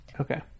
Okay